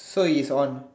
so if I want